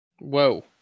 whoa